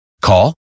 Call